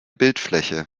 bildfläche